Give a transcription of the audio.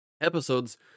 episodes